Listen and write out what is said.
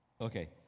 Okay